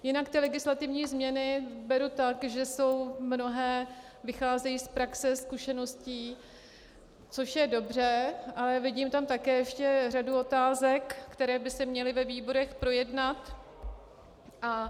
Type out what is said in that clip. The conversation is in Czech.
Jinak legislativní změny beru tak, že mnohé vycházejí z praxe, zkušeností, což je dobře, ale vidím tam také ještě řadu otázek, které by se měly ve výborech projednat.